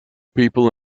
people